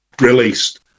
released